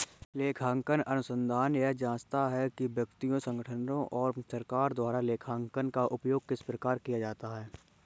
लेखांकन अनुसंधान यह जाँचता है कि व्यक्तियों संगठनों और सरकार द्वारा लेखांकन का उपयोग किस प्रकार किया जाता है